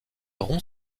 rompt